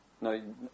No